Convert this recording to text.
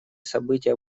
события